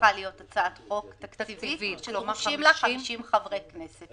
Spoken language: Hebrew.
הפכה להיות הצעת חוק תקציבית שדרושים לה 50 חברי כנסת.